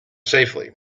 safely